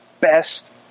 best